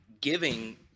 giving